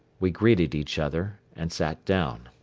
we greeted each other and sat down.